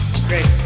Great